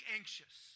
anxious